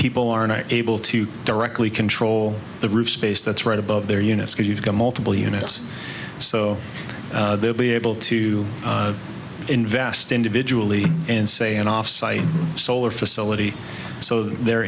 people are not able to directly control the roof space that's right above their units because you've got multiple units so they'll be able to invest individually in say an off site solar facility so th